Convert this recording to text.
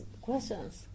questions